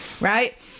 right